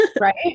Right